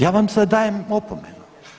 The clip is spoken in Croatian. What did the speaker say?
Ja vam sad dajem opomenu.